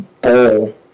bowl